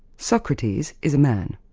socrates is a man.